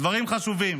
דברים חשובים.